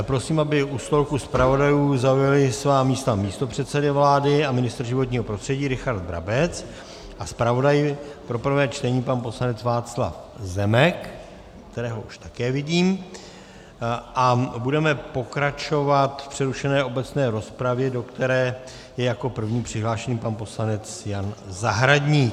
Prosím, aby u stolku zpravodajů zaujali svá místa místopředseda vlády a ministr životního prostředí Richard Brabec a zpravodaj pro prvé čtení pan poslanec Václav Zemek, kterého už také vidím, a budeme pokračovat v přerušené obecné rozpravě, do které je jako první přihlášen pan poslanec Jan Zahradník.